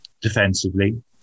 defensively